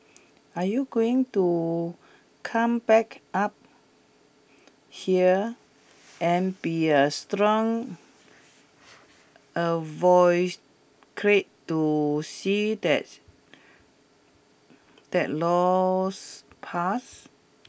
are you going to come back up here and be a strong to see thats that law's pass